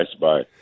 bye